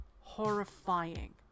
horrifying